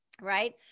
right